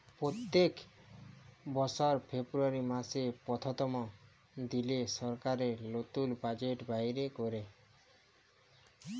প্যত্তেক বসর ফেব্রুয়ারি মাসের পথ্থম দিলে সরকার লতুল বাজেট বাইর ক্যরে